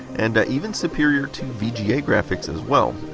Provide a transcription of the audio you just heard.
and even superior to vga graphics as well.